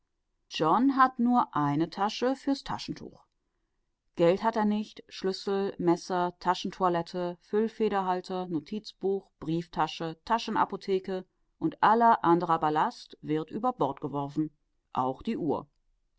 john hat nur eine tasche fürs taschentuch geld hat er nicht schlüssel messer taschentoilette füllfederhalter notizbuch brieftasche taschenapotheke und aller andere ballast wird über bord geworfen auch die uhr